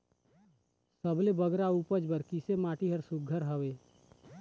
सबले बगरा उपज बर किसे माटी हर सुघ्घर हवे?